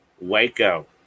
Waco